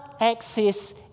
access